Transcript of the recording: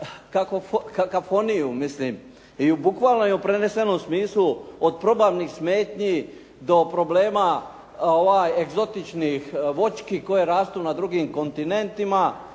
kakofoniju mislim. I u bukvalnom prenesenom smislu od probavnih smetnji do problema egzotičnih voćki koje rastu na drugim kontinentima,